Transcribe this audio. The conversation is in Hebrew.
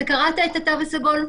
אתה קראת את התו הסגול?